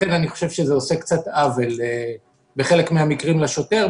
אני חושב שזה עושה קצת עוול בחלק מן המקרים לשוטר,